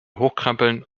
hochkrempeln